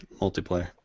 multiplayer